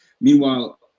Meanwhile